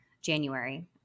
January